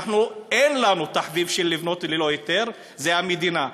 אין לנו תחביב של לבנות ללא היתר, זה המדינה.